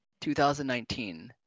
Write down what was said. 2019